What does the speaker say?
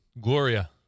Gloria